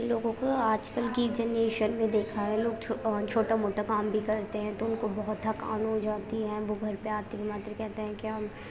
لوگوں کو آج کل کی جنریشن میں دیکھا ہے لوگ چھوٹا موٹا کام بھی کرتے ہیں تو ان کو بہت تھکان ہو جاتی ہے وہ گھر پہ آتے ہی ماتر کہتے ہیں کہ ہم